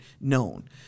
known